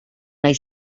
nahi